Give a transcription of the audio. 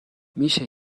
میشه